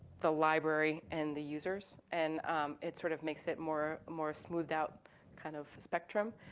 the library and the users, and it sort of makes it more more smoothed-out kind of spectrum.